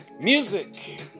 Music